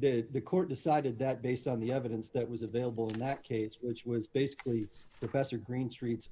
that the court decided that based on the evidence that was available in that case which was basically the press or green streets